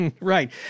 Right